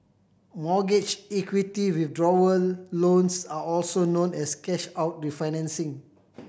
mortgage equity withdrawal loans are also known as cash out refinancing